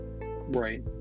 Right